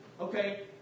okay